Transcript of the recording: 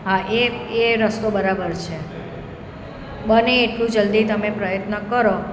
હા એ એ રસ્તો બરાબર છે બને એટલું જલ્દી તમે પ્રયત્ન કરો